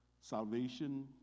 Salvation